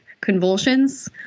convulsions